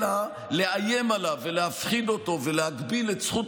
אלא לאיים עליו ולהפחיד אותו ולהגביל את זכות